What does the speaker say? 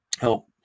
Help